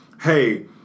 hey